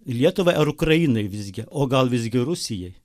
lietuvai ar ukrainai visgi o gal visgi rusijai